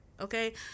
okay